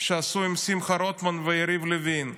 שעשו עם שמחה רוטמן ויריב לוין.